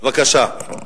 בבקשה.